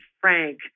Frank